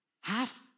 Half